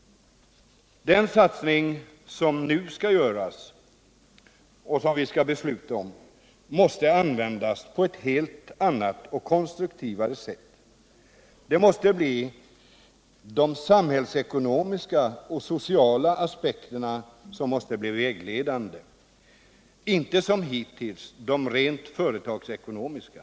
Den satsning som nu skall göras och som vi skall besluta om måste användas på ett helt annat och mer konstruktivt sätt. De samhällsekonomiska och sociala aspekterna måste bli vägledande, inte som hittills de rent företagsekonomiska.